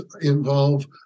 involve